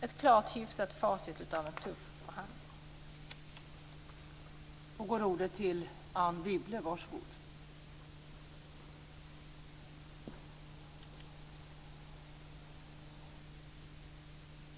Ett klart hyfsat facit av en tuff förhandling!